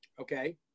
Okay